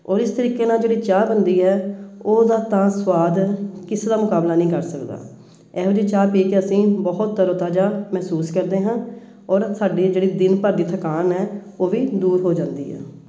ਔਰ ਇਸ ਤਰੀਕੇ ਨਾਲ ਜਿਹੜੀ ਚਾਹ ਬਣਦੀ ਹੈ ਉਹਦਾ ਤਾਂ ਸਵਾਦ ਕਿਸੇ ਦਾ ਮੁਕਾਬਲਾ ਨਹੀਂ ਕਰ ਸਕਦਾ ਇਹੋ ਜਿਹੀ ਚਾਹ ਪੀ ਕੇ ਅਸੀਂ ਬਹੁਤ ਤਰੋਤਾਜ਼ਾ ਮਹਿਸੂਸ ਕਰਦੇ ਹਾਂ ਔਰ ਸਾਡੇ ਜਿਹੜੀ ਦਿਨ ਭਰ ਦੀ ਥਕਾਨ ਹੈ ਉਹ ਵੀ ਦੂਰ ਹੋ ਜਾਂਦੀ ਆ